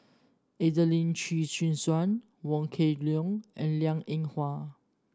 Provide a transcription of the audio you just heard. Adelene Chin Chin Suan Wong Kwei Leong and Liang Eng Hwa